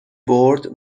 برد